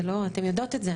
אתן יודעות את זה,